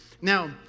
Now